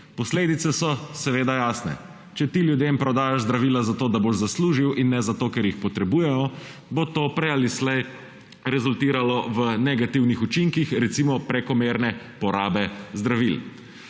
Posledice so seveda jasne. Če ti ljudem prodajaš zdravila zato, da boš zaslužil, in ne zato, ker jih potrebujejo, bo to prej ali slej rezultiralo v negativnih učinkih, recimo prekomerne porabe zdravil.